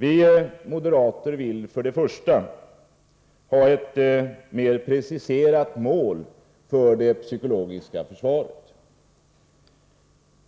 Vi moderater vill för det första ha ett mer preciserat mål för det psykologiska försvaret